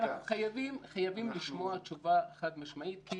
אנחנו חייבים לשמוע תשובה חד-משמעית,